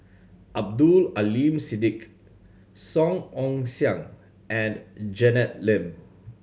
Abdul Aleem Siddique Song Ong Siang and Janet Lim